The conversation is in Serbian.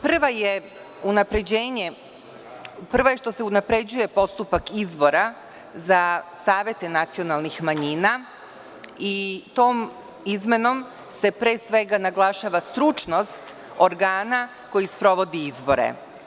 Prva je što se unapređuje postupak izbora za savete nacionalnih manjina i tom izmenom se pre svega naglašava stručnost organa koji sprovodi izbore.